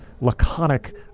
laconic